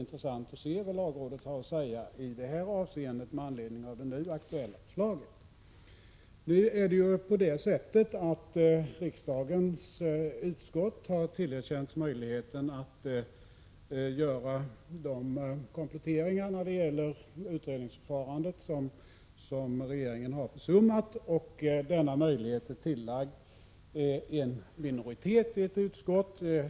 intressant att se vad lagrådet har att säga i det avseendet med anledning av det Sad E & frivilliga pensionsförnu aktuella förslaget. re säkringar Riksdagens utskott har tillerkänts möjligheten att göra kompletteringar när regeringen har försummat utredningsförfarandet. Denna möjlighet är tillagd en minoritet i ett utskott.